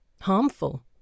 harmful